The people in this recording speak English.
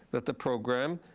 that the program